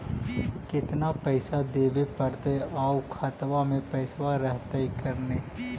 केतना पैसा देबे पड़तै आउ खातबा में पैसबा रहतै करने?